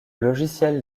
logiciel